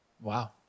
Wow